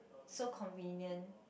so convenient